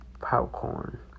popcorn